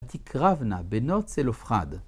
‫תקרבנה בנות צלפחד.